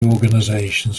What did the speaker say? organisations